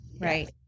Right